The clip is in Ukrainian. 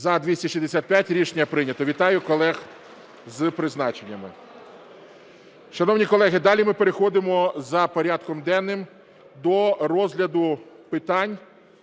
За-265 Рішення прийнято. Вітаю колег з призначеннями. Шановні колеги, далі ми переходимо за порядком денним до розгляду питань,